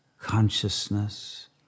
consciousness